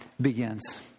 begins